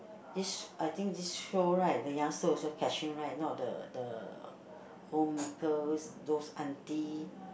this I think this show right the youngster also catching right not the the homemakers those auntie